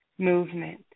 movement